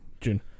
June